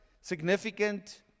significant